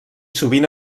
sovint